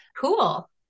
cool